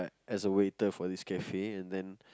as a waiter for this cafe and then